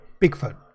Bigfoot